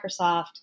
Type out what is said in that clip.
Microsoft